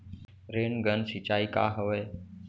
Rain gun सिंचाई का हवय?